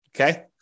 Okay